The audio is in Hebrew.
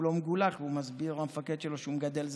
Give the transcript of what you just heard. לא מגולח והוא מסביר למפקד שלו שהוא מגדל זקן.